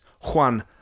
Juan